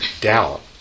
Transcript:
doubt